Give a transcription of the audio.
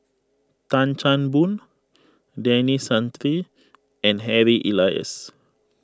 Tan Chan Boon Denis Santry and Harry Elias